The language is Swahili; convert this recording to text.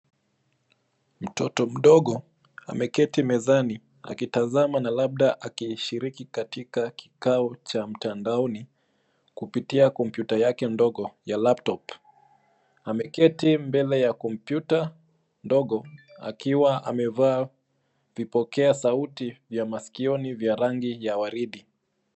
Mtoto mdogo ameketi mezani akitazama na labda akishiriki katika kikao cha mtandaoni kupitia kompyuta yake ndogo ya laptop . Ameketi mbele ya kompyuta ndogo akiwa amevaa vipokea sauti vya masikioni vya rangi ya waridi.